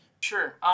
Sure